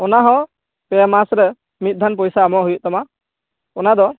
ᱚᱱᱟᱦᱚᱸ ᱯᱮ ᱢᱟᱥ ᱨᱮ ᱢᱤᱫ ᱫᱷᱟᱱ ᱯᱩᱭᱥᱟ ᱮᱢᱚᱜ ᱦᱩᱭᱩᱜ ᱛᱟᱢᱟ ᱚᱱᱟᱫᱚ